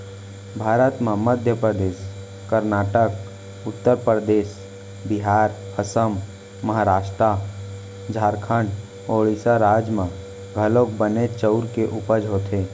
भारत म मध्य परदेस, करनाटक, उत्तर परदेस, बिहार, असम, महारास्ट, झारखंड, ओड़ीसा राज म घलौक बनेच चाँउर के उपज होथे